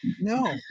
no